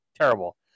Terrible